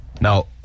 Now